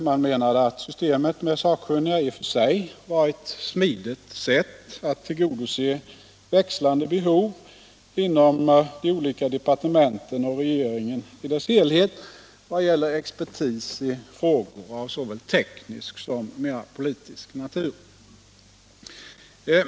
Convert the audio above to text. Man menade att systemet med sakkunniga i och för sig var ett smidigt sätt att tillgodose växlande behov inom de olika departementen och regeringen i dess helhet vad gällde expertis i frågor av såväl teknisk som mera politisk natur.